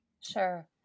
Sure